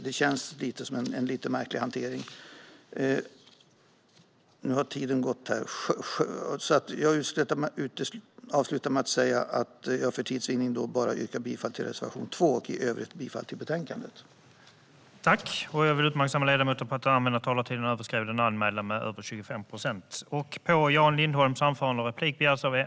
Det känns som en lite märklig hantering. Jag avslutar med att säga att jag för tids vinnande yrkar bifall till bara reservation 2 och i övrigt bifall till förslaget i betänkandet.